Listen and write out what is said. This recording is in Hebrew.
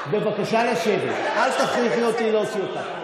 אל תכריחי אותי להוציא אותך.